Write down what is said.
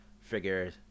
figure